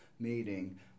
meeting